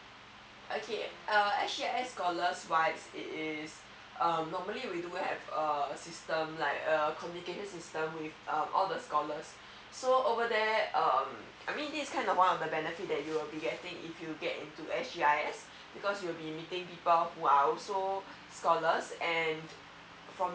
okay uh s g i s scholars wise it is um normally we do have uh system like um communicated system uh with uh all the scholars so over there um I mean this is kind of one of the benefits that you will be getting if you get into s g i s because you will be meeting people who are also scholars and from